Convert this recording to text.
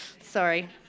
Sorry